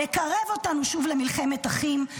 לקרב אותנו שוב למלחמת אחים,